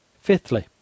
Fifthly